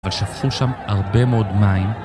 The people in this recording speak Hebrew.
אבל שפכו שם הרבה מאוד מים